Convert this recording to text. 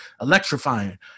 electrifying